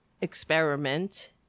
experiment